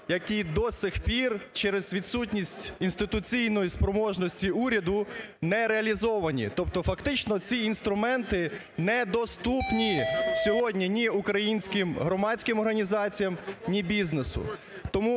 які до сих пір через відсутність інституційної спроможності уряду не реалізовані. Тобто фактично ці інструменти недоступні сьогодні ні українським громадським організаціям, ні бізнесу.